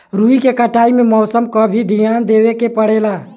रुई के कटाई में मौसम क भी धियान देवे के पड़ेला